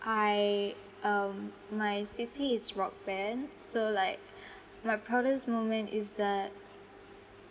I um my C_C is rock band so like my proudest moment is that